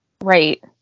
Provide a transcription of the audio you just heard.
right